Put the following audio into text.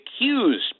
accused